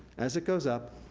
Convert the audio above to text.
as it goes up,